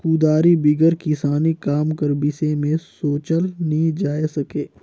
कुदारी बिगर किसानी काम कर बिसे मे सोचल नी जाए सके